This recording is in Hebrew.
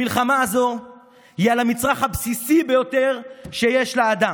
המלחמה הזו היא על המצרך הבסיסי ביותר שיש לאדם: